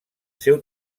seu